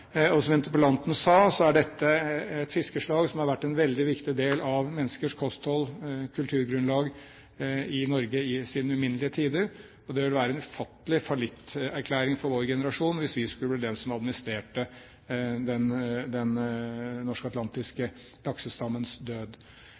Som interpellanten sa, er dette et fiskeslag som har vært en veldig viktig del av menneskers kosthold, kulturgrunnlag, i Norge i uminnelige tider, og det vil være en ufattelig fallitterklæring for vår generasjon hvis vi skulle bli de som administrerte den